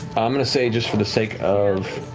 i'm going to say just for the sake of.